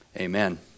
Amen